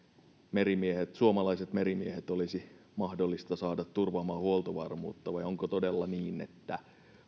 suomalaiset merimiehet olisi mahdollista saada turvaamaan huoltovarmuutta vai onko todella niin että